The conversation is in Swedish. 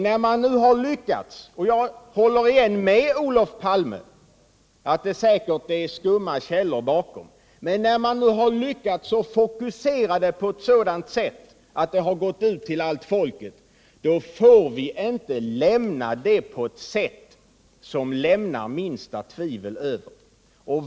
När man nu har lyckats fokusera frågan — och jag håller återigen med Olof Palme om att det säkerligen är skumma källor bakom — på ett sådant sätt att den har gått ut till allt folket får vi inte behandla den på ett sätt som lämnar minsta tvivel kvar.